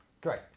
great